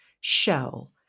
show